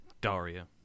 daria